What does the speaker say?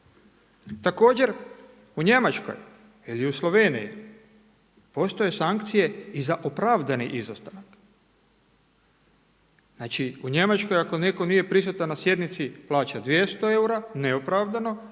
Također u Njemačkoj ili u Sloveniji postoje sankcije i za opravdani izostanak. Znači u Njemačkoj ako netko nije prisutan na sjednici plaća 200 eura neopravdano